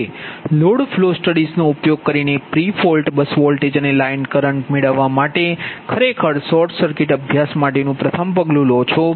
હવે load flow સ્ટડીઝનો ઉપયોગ કરીને પ્રિ ફોલ્ટ બસ વોલ્ટેજ અને લાઈન કરંટ મેળવવા માટે તમે ખરેખર શોર્ટ સર્કિટ અભ્યાસ માટેનું પ્રથમ પગલું લો છો